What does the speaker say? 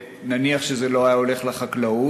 נניח שזה לא היה הולך לחקלאות,